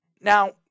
Now